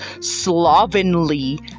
slovenly